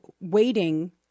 waiting